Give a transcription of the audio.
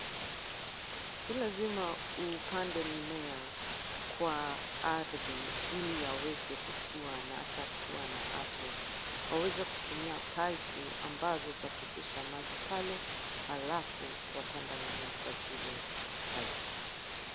Si lazima upande mimea kwa ardhi ili yaweze kukua na hata kuwa na afya. Waweza kutumia paipu ambazo zapitisha maji pale halafu wa panda mimea kwa zile pipe .